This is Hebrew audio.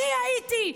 אני הייתי,